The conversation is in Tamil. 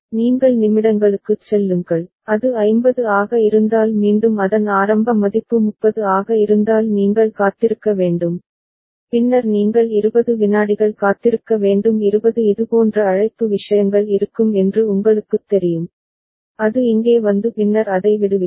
நீங்கள் நிமிடங்களுக்குச் செல்லுங்கள் அது 50 ஆக இருந்தால் மீண்டும் அதன் ஆரம்ப மதிப்பு 30 ஆக இருந்தால் நீங்கள் காத்திருக்க வேண்டும் பின்னர் நீங்கள் 20 விநாடிகள் காத்திருக்க வேண்டும் 20 இதுபோன்ற அழைப்பு விஷயங்கள் இருக்கும் என்று உங்களுக்குத் தெரியும் அது இங்கே வந்து பின்னர் அதை விடுவிக்கும்